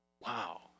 Wow